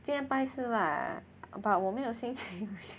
今天拜四 lah but 我没有心情